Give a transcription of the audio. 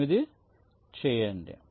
8 చేయండి